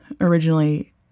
originally